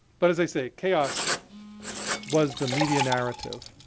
but, as i say, chaos was the media narrative.